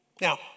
Now